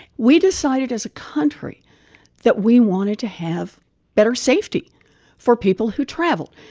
we decided as a country that we wanted to have better safety for people who travel.